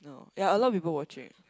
ya a lot of people watching